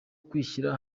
kwishyira